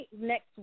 next